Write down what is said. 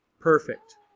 perfect